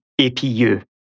APU